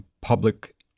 public